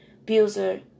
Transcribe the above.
abuser